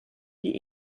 die